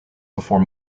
before